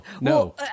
no